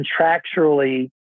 contractually